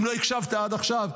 אם לא הקשבת עד עכשיו,